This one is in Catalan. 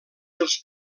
dels